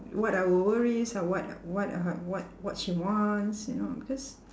what our worries uh what what uh what what she wants you know because